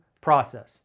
process